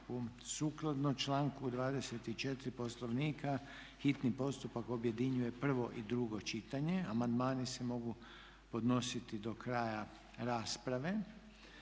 Sukladno članku 24. Poslovnika hitni postupak objedinjuje prvo i drugo čitanje. Amandmani se mogu podnositi do kraja rasprave.